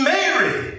Mary